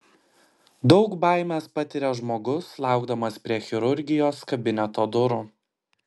daug baimės patiria žmogus laukdamas prie chirurgijos kabineto durų